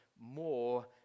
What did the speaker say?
more